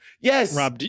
Yes